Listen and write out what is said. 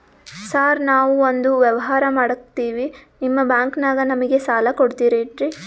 Sir ನಾವು ಒಂದು ವ್ಯವಹಾರ ಮಾಡಕ್ತಿವಿ ನಿಮ್ಮ ಬ್ಯಾಂಕನಾಗ ನಮಿಗೆ ಸಾಲ ಕೊಡ್ತಿರೇನ್ರಿ?